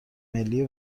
ملی